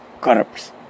corrupts